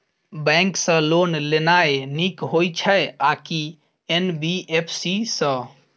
Bank सँ loan लेनाय नीक होइ छै आ की एन.बी.एफ.सी सँ?